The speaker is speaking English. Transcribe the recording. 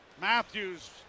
Matthews